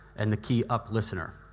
and the key-up listener.